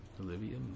Olivia